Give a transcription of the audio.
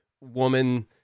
woman